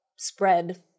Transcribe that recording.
spread